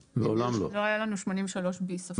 לא היה לנו 83 ביסט.